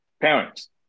parents